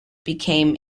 became